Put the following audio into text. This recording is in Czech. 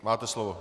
Máte slovo.